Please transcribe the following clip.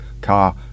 car